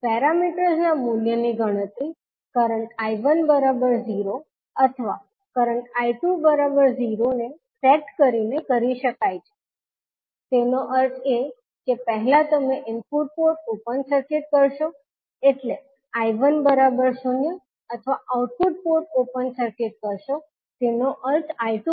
parameters ના મૂલ્યની ગણતરી કરંટ 𝐈1 0 અથવા કરંટ I20 ને સેટ કરીને કરી શકાય છે તેનો અર્થ એ કે પહેલા તમે ઇનપુટ પોર્ટ ઓપન સર્કિટ કરશો એટલે 𝐈1 0 અથવા આઉટપુટ પોર્ટ ઓપન સર્કિટ કરશો એનો અર્થ I20